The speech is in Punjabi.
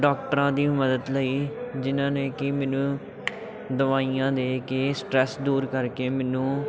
ਡਾਕਟਰਾਂ ਦੀ ਮਦਦ ਲਈ ਜਿਹਨਾਂ ਨੇ ਕਿ ਮੈਨੂੰ ਦਵਾਈਆਂ ਦੇ ਕੇ ਸਟਰੈਸ ਦੂਰ ਕਰਕੇ ਮੈਨੂੰ